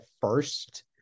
first